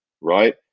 right